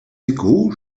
échos